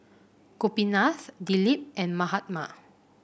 Gopinath Dilip and Mahatma